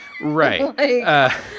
Right